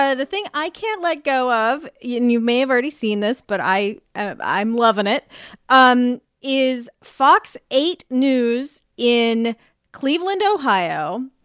ah the thing i can't let go of yeah and you may have already seen this, but ah i'm loving it um is fox eight news in cleveland, ohio.